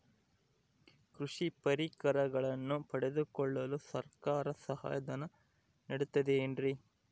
ಕೃಷಿ ಪರಿಕರಗಳನ್ನು ಪಡೆದುಕೊಳ್ಳಲು ಸರ್ಕಾರ ಸಹಾಯಧನ ನೇಡುತ್ತದೆ ಏನ್ರಿ?